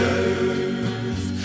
earth